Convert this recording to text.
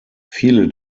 viele